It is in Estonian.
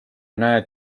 näed